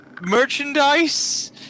merchandise